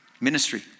ministry